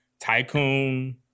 Tycoon